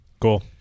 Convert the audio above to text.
Cool